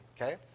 okay